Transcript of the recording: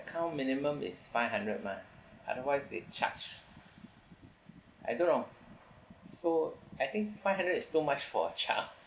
account minimum is five hundred mah otherwise they charge I don't know so I think five hundred is too much for a char~